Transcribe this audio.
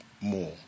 more